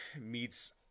meets